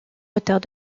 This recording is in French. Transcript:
retard